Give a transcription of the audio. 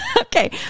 Okay